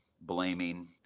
blaming